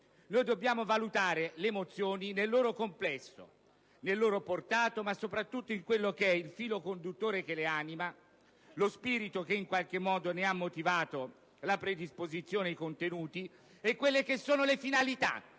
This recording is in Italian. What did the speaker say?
Dobbiamo valutare le mozioni nel loro complesso, nella loro portata, ma soprattutto nel filo conduttore che le anima, nello spirito che, in qualche modo, ne ha motivato la predisposizione e i contenuti, e nelle loro finalità.